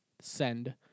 Send